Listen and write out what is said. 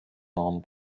normen